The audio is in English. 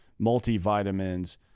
multivitamins